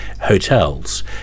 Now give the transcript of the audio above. hotels